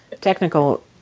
technical